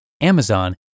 Amazon